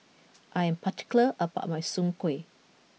I am particular about my Soon Kway